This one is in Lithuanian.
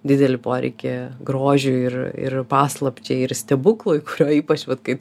didelį poreikį grožiui ir ir paslapčiai ir stebuklui kurio ypač vat kaip